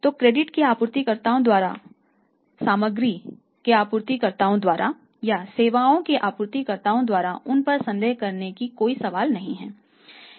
तो क्रेडिट के आपूर्तिकर्ताओं द्वारा सामग्री के आपूर्तिकर्ता द्वारा या सेवाओं के आपूर्तिकर्ताओं द्वारा उन पर संदेह करने की कोई सवाल नहीं है